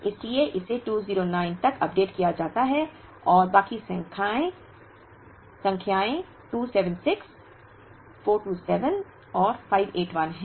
इसलिए इसे 209 तक अपडेट किया जाता है और बाकी संख्याएँ 276 427 और 581 हैं